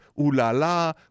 ooh-la-la